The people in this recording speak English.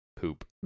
poop